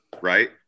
right